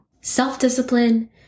Self-discipline